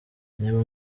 niba